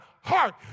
heart